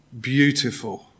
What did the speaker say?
beautiful